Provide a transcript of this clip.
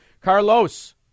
Carlos